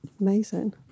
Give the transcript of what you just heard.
Amazing